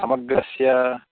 समग्रस्य